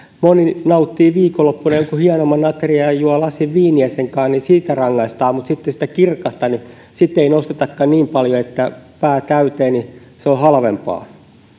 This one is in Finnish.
moni nauttii viikonloppuna jonkin hienomman aterian ja juo lasin viiniä sen kanssa niin siitä rangaistaan mutta sitten sitä kirkasta ei nostetakaan niin paljon eli pää täyteen se on halvempaa